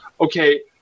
okay